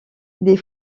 des